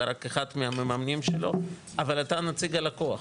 אתה רק אחד מהמממנים שלו, אבל אתה נציג הלקוח.